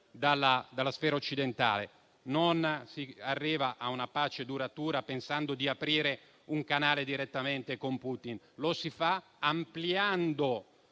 fuori dalla sfera occidentale. Non si arriva a una pace duratura pensando di aprire un canale direttamente con Putin; lo si fa ampliando